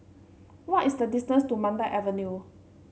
what is the distance to Mandai Avenue